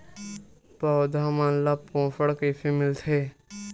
पौधा मन ला पोषण कइसे मिलथे?